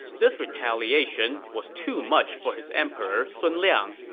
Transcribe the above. this retaliation was too much for his emperor sun liang,